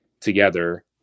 together